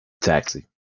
taxi